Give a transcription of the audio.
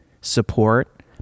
support